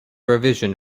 revision